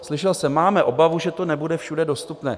Slyšel jsem, máme obavu, že to nebude všude dostupné.